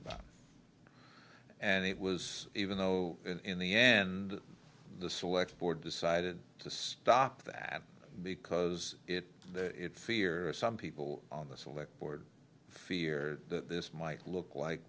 about and it was even though in the end the select board decided to stop that because it fears some people on the select board fear that this might look like